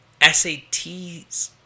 SATs